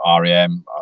rem